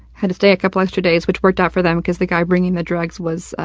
had to stay a couple extra days, which worked out for them, because the guy bringing the drugs was, ah,